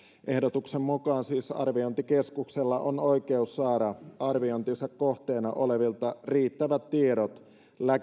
ehdotuksen mukaan siis arviointikeskuksella on oikeus saada arviointinsa kohteena olevilta riittävät tiedot